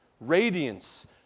Radiance